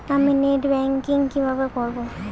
আমি net banking কিভাবে করব?